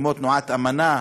כמו תנועת "אמנה",